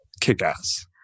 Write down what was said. kick-ass